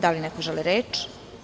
Da li neko želi reč?